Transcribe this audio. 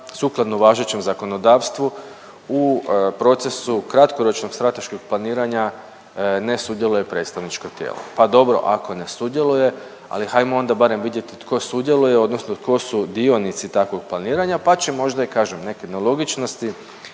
sukladno važećem zakonodavstvu u procesu kratkoročnog strateškog planiranja ne sudjeluje predstavničko tijelo. Pa dobro ako ne sudjeluje ali hajmo onda barem vidjeti tko sudjeluje odnosno tko su dionici takvog planiranja, pa će možda i kažem neke nelogičnosti